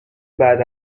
بعد